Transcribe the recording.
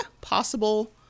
possible